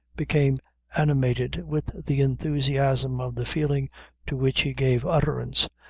became animated with the enthusiasm of the feeling to which he gave utterance,